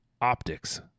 Optics